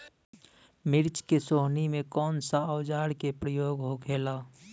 मिर्च के सोहनी में कौन सा औजार के प्रयोग होखेला?